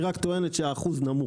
היא רק טוענת שהאחוז נמוך.